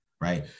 right